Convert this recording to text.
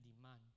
demand